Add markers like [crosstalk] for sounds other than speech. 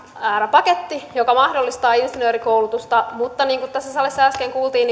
paketti joka mahdollistaa insinöörikoulutusta mutta niin kuin tässä salissa äsken kuultiin [unintelligible]